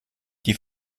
die